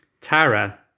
Tara